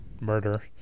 murder